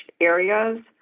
areas